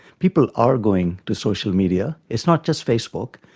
people are going to social media, it's not just facebook.